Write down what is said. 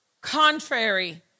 contrary